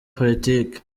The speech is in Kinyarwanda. politiki